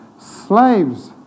Slaves